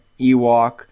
Ewok